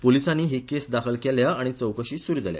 पुलिसांनी ही केस दाखल केल्या आनी चौकशी सुरु जाल्या